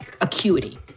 acuity